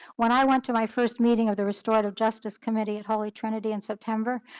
when i went to my first meeting of the restorative justice committee at holy trinity in september,